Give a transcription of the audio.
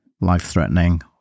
life-threatening